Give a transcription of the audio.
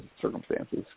circumstances